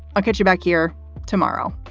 i'll get you back here tomorrow